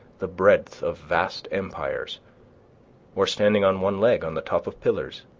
the breadth of vast empires or standing on one leg on the tops of pillars